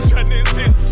Genesis